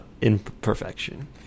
imperfection